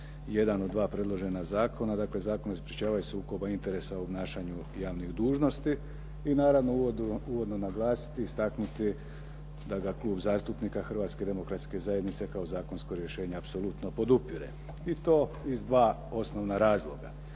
jedan od dva predložena zakona. Dakle, Zakon o sprječavanju sukoba interesa u obnašanju javnih dužnosti i naravno uvodno naglasiti i istaknuti da ga Klub zastupnika Hrvatske demokratske zajednice kao zakonsko rješenje apsolutno podupire i to iz dva osnovna razloga